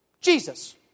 Jesus